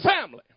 family